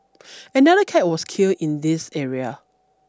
another cat was killed in this area